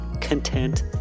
content